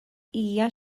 hija